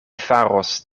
faros